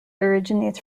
originates